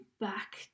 back